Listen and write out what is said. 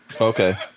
Okay